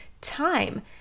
time